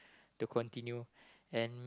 to continue and